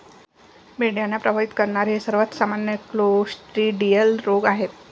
मेंढ्यांना प्रभावित करणारे सर्वात सामान्य क्लोस्ट्रिडियल रोग आहेत